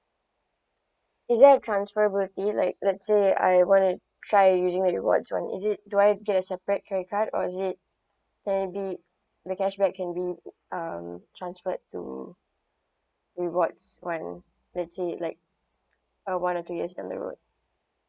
is there a transfer like let's say I want to try using the rewards one is it do I get a separate credit card or is it can it be the cashback can be um transferred to rewards when that's it like uh one or two years down the road